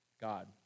God